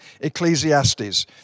Ecclesiastes